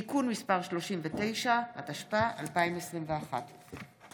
(תיקון מס' 39), התשפ"א 2021. תודה.